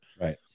Right